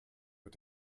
mit